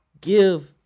give